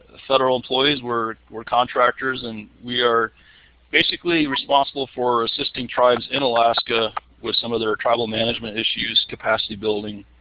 federal employees. we're we're contractors and we are basically responsible for assisting tribes in alaska with some of their tribal management issues, capacity building.